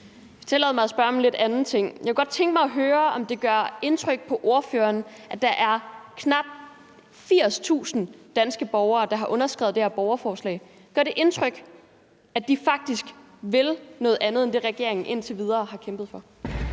Jeg kunne godt tænke mig høre, om det gør indtryk på ordføreren, at der er knap 80.000 danske borgere, der har underskrevet det her borgerforslag. Gør det indtryk, at de faktisk vil noget andet end det, regeringen indtil videre har kæmpet for?